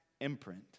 imprint